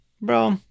Bro